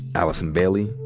allison bailey,